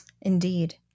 Indeed